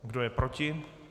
Kdo je proti?